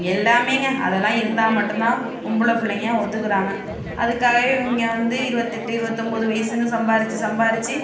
எல்லாமேங்க அதெல்லாம் இருந்தால் மட்டும் தான் பொம்பளை பிள்ளைங்க ஒத்துக்கிறாங்க அதுக்காகவே இவங்க வந்து இருபத்தி எட்டு இருபத்தி ஒம்போது வயதுன்னு சம்பாரித்து சம்பாரித்து